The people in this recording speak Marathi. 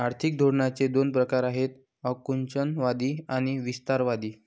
आर्थिक धोरणांचे दोन प्रकार आहेत आकुंचनवादी आणि विस्तारवादी